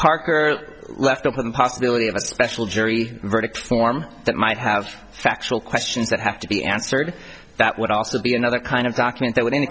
parker left open the possibility of a special jury verdict form that might have factual questions that have to be answered that would also be another kind of document that w